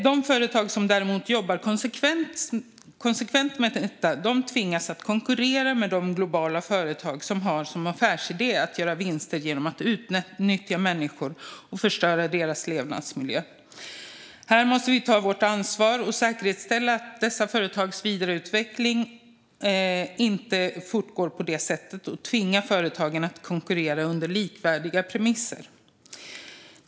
De företag som däremot jobbar konsekvent med detta tvingas att konkurrera med de globala företag som har som affärsidé att göra vinster genom att utnyttja människor och förstöra deras levnadsmiljö. Här måste vi ta vårt ansvar och säkerställa att dessa företags utveckling inte fortgår på det sättet samt tvinga företagen att konkurrera på likvärdiga premisser.